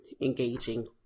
engaging